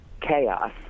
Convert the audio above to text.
chaos